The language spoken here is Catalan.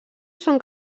són